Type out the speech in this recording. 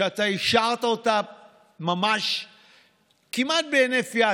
אתה אישרת כמעט בהינף יד,